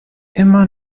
immer